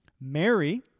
Mary